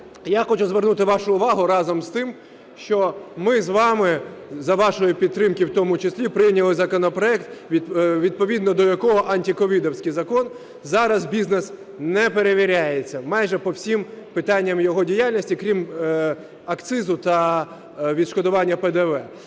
я хочу звернути вашу увагу разом з тим, що ми з вами, за вашої підтримки в тому числі, прийняли законопроект, відповідно до якого, антиковідівський закон, зараз бізнес не перевіряється майже по всім питанням його діяльності, крім акцизу та відшкодування ПДВ.